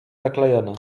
zaklejona